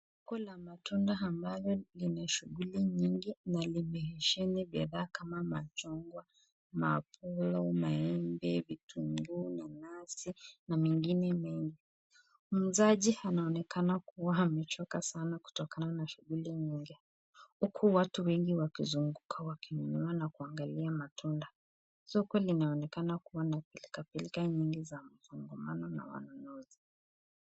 Soko la matunda ambalo linashughuli nyingi na limeheshini bidhaa kama machungwa, mapolo, maembe, vitunguu, nanasi na mengine mengi, muuzaji anaonekana kua amechoka sana kutokana na shughuli nyingi huku watu wengi wakizunguka na kununua na kuangalia matunda, soko linaonekana kua na pilkapilka nyingi za msongomano na wanunuzi.